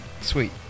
Sweet